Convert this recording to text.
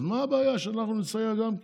אז מה הבעיה שאנחנו נסייע גם כן?